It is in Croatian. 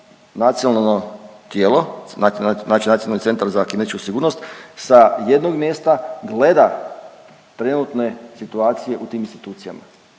nacionalno tijelo, znači Nacionalni centar za kibernetičku sigurnost, sa jednog mjesta gleda trenutne situacije u tim institucijama.